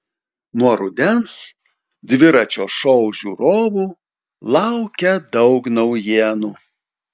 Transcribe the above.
nuo rudens dviračio šou žiūrovų laukia daug naujienų